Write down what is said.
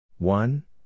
One